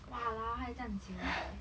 !walao! 好友这样久 eh